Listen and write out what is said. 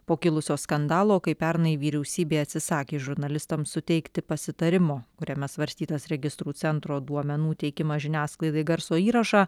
po kilusio skandalo kai pernai vyriausybė atsisakė žurnalistams suteikti pasitarimo kuriame svarstytas registrų centro duomenų teikimas žiniasklaidai garso įrašą